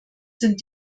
sind